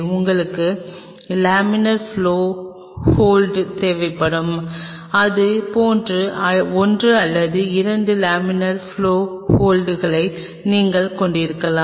உங்களுக்கு laminar flow hood தேவைப்படும் இது போன்ற ஒன்று அல்லது 2 லேமினார் ப்பிளாவ் ஹூட்களை நீங்கள் கொண்டிருக்கலாம்